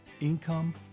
Income